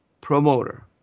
promoter